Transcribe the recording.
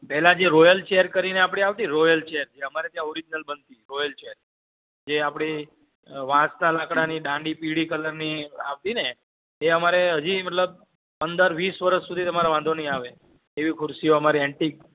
પહેલાં જે royal chair કરીને આપણે આવતી રોયલ ચેર જે અમારે ત્યાં ઓરિજનલ બનતી રોયલ ચેર જે આપણી વાંસના લાકડાની ડાંડી પીળી કલરની આવતીને એ અમારે હજી મતલબ પંદર વીસ વરસ સુધી તમારે વાંધો નહીં આવે એવી ખુરશીઓ અમારે એન્ટિક